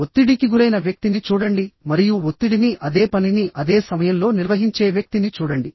ఒత్తిడికి గురైన వ్యక్తిని చూడండి మరియు ఒత్తిడిని అదే పనిని అదే సమయంలో నిర్వహించే వ్యక్తిని చూడండి